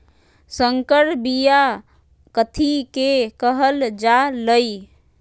संकर बिया कथि के कहल जा लई?